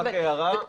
רק הערה,